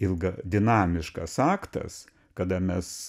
ilga dinamiškas aktas kada mes